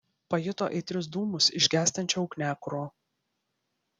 pajuto aitrius dūmus iš gęstančio ugniakuro